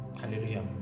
Hallelujah